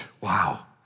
Wow